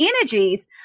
energies